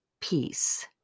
peace